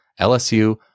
LSU